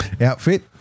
outfit